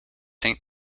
saint